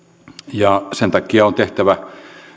ja sen takia on tehtävä